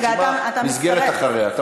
הרשימה נסגרת אחריה.